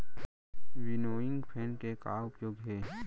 Winnowing fan के का उपयोग हे?